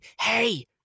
hey